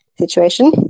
situation